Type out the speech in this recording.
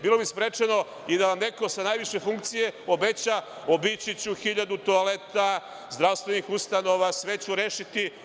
Bilo bi sprečeno i da vam neko sa najviše funkcije obeća obići ću hiljadu toaleta zdravstvenih ustanova, sve ću rešiti.